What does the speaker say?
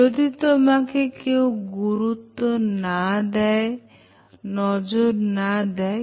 যদি তোমাকে কেউ গুরুত্ব না দেয় নজর না দেয়